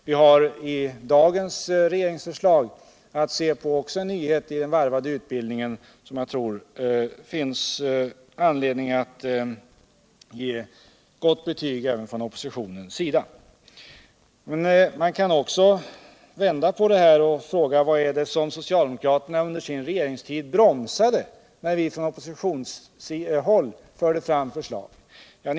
Vi har i dagens regeringsförslag också en nyhet i den varvade utbildningen, som jag tror det finns anledning att ge ett gott betyg, även från oppositionshåll. Man kan också vända på steken och fråga vad det var som socialdemokraterna under sin regeringstid bromsade när vi förde fram våra förslag från oppositionshåll.